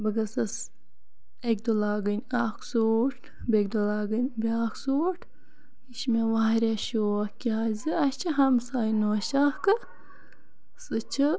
بہٕ گٔژھٕس اَکہِ دۄہ لاگٕنۍ اکھ سوٗٹ بیٚکہِ دۄہ لاگٕنۍ بیاکھ سوٗٹ یہِ چھ مےٚ واریاہ شوق کیازِ اَسہِ چھِ ہَمساے نوٚش اکھ سۄ چھِ